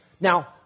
Now